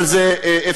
אבל זה אפשרי,